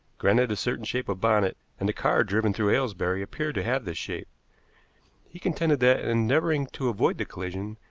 granted a certain shape of bonnet and the car driven through aylesbury appeared to have this shape he contended that, in endeavoring to avoid the collision,